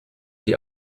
die